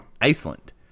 Iceland